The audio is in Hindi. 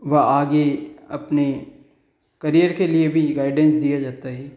व आगे अपने करियर के लिए भी गाइडेंस दिया जाता है